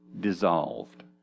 dissolved